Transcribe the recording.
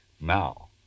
now